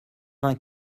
vingt